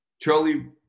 Charlie